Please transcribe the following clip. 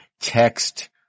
text